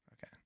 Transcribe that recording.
Okay